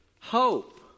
Hope